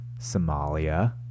Somalia